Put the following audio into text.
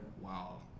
wow